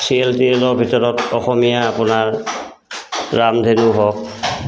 serial টেৰিয়েলৰ ভিতৰত অসমীয়া আপোনাৰ ৰামধেনু হওক